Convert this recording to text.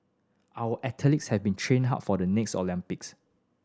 our athletes have been training hard for the next Olympics